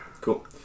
Cool